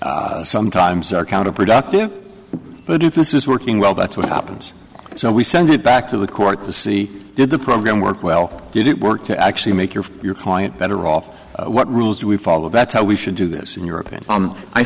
badly sometimes are counterproductive but if this is working well that's what happens so we send it back to the court to see did the program work well did it work to actually make your your client better off what rules do we follow that's how we should do this in europe and